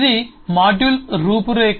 ఇది మాడ్యూల్ రూపురేఖ